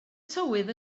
tywydd